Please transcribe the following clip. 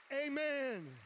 Amen